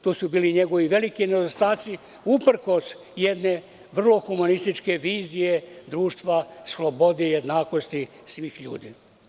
To su bili njegovi veliki nedostaci, uprkos jedne vrlo humanističke vizije društva o slobodi, jednakosti svih ljudi.